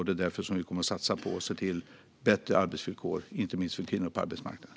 Det är därför vi kommer att satsa på att se till att det blir bättre arbetsvillkor inte minst för kvinnor på arbetsmarknaden.